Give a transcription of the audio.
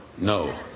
no